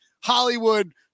Hollywood